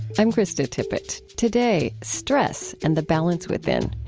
i'm krista tippett. today, stress and the balance within.